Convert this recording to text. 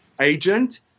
agent